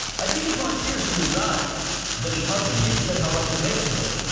i think it brought tears to his eyes then he hugged me and said how much it meant to him.